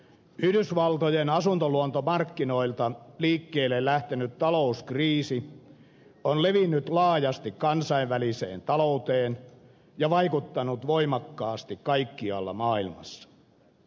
yhdysvaltojen asuntoluottomarkkinoilta liikkeelle lähtenyt talouskriisi on levinnyt laajasti kansainväliseen talouteen ja vaikuttanut voimakkaasti kaikkialla maailmassa